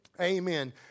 Amen